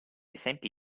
esempi